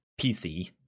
PC